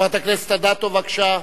חברת הכנסת אדטו, בבקשה.